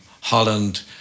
Holland